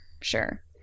sure